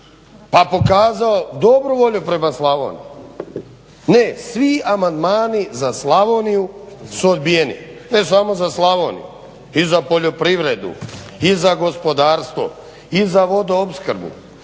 pa pokazao dobru volju prema Slavoniji. Ne, svi amandmani za Slavoniju su odbijeni. Ne samo za Slavoniju, i za poljoprivredu i za gospodarstvo i za vodoopskrbu